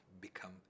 become